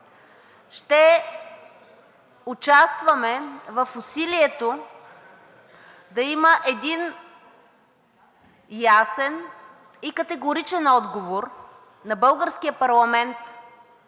Ще участваме в усилието да има един ясен и категоричен отговор на българския парламент